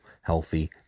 healthy